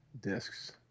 discs